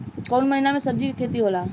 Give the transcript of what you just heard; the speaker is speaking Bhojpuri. कोउन महीना में सब्जि के खेती होला?